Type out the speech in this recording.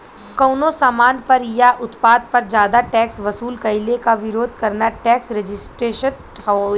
कउनो सामान पर या उत्पाद पर जादा टैक्स वसूल कइले क विरोध करना टैक्स रेजिस्टेंस हउवे